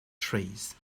trees